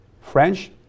French